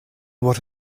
what